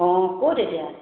অঁ ক'ত এতিয়া